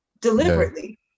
deliberately